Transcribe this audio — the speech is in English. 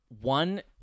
one